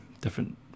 different